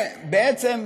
בעצם,